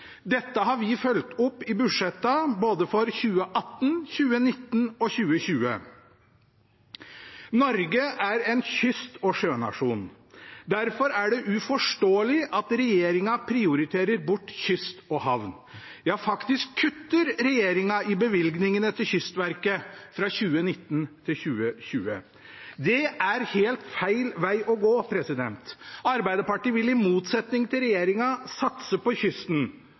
Dette har vi fulgt opp i budsjettene både for 2018, 2019 og 2020. Norge er en kyst- og sjønasjon. Derfor er det uforståelig at regjeringen prioriterer bort kyst og havn – ja, regjeringen kutter faktisk i bevilgningene til Kystverket fra 2019 til 2020. Det er helt feil veg å gå. Arbeiderpartiet vil i motsetning til regjeringen satse på kysten,